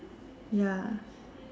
ya